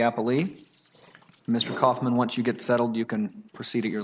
apple e mr kaufman once you get settled you can proceed at your